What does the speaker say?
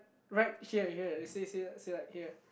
right here here you see see see like here